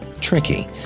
tricky